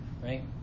Right